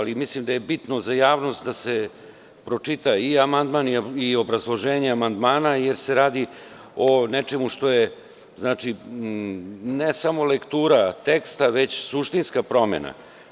Mislim da je bitno za javnost da se pročita amandman i obrazloženje amandmana, jer se radi o nečemu što je, ne samo lektura teksta, već suštinska promena.